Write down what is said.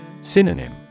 Synonym